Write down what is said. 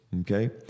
Okay